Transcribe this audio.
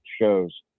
shows